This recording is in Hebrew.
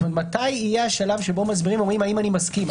מתי יהיה השלב שבו מסבירים ואומרים האם אני מסכים,